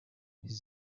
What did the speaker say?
his